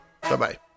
Bye-bye